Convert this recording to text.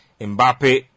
Mbappe